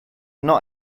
not